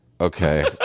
okay